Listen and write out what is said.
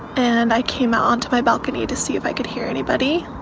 and i came out onto my balcony to see if i could hear anybody.